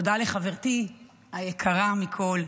תודה לחברתי היקרה מכול,